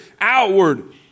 outward